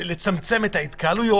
ואפשרנו את זה רק בשבוע האחרון.